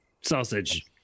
Sausage